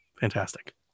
Fantastic